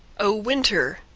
o winter!